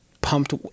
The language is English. pumped